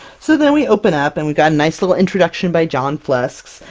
so then we open up, and we've got a nice little introduction by john flesk,